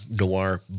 noir